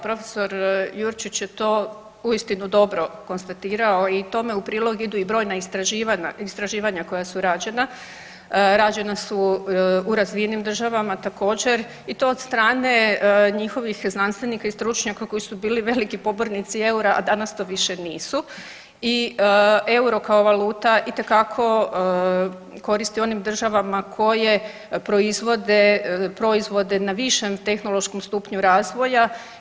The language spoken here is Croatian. Profesor Jurčić je to uistinu dobro konstatirao i tome u prilog idu i brojna istraživanja koja su rađena, rađena su u razvijenim državama također i to od strane njihovih znanstvenika i stručnjaka koji su bili veliki pobornici eura, a danas to više nisu i euro kao valuta itekako koristi onim državama koje proizvode, proizvode na višem tehnološkom stupnju razvoja.